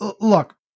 look